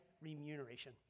remuneration